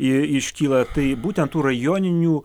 iškyla tai būtent tų rajoninių